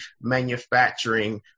manufacturing